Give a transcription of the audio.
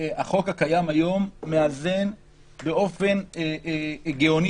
החוק הקיים היום מאזן באופן הגיוני,